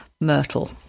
myrtle